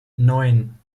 neun